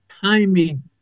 timing